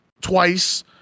twice